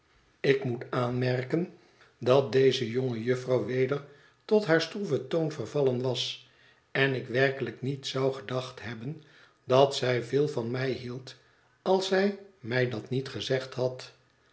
ik moet aanmerken dat deze plichten jegens afrika jonge juffer weder tot haar stroeven toon vervallen was en ik werkelijk niet zou gedacht hebben dat zij veel van mij hield als zij mij dat niet gezegd had